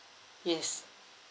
yes